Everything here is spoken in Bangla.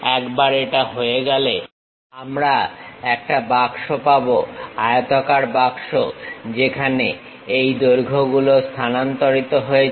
একবার এটা হয়ে গেলে আমরা একটা বাক্স পাবো আয়তাকার বাক্স যেখানে এই দৈর্ঘ্য গুলো স্থানান্তরিত হয়েছে